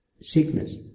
sickness